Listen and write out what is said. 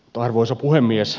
arvoisa puhemies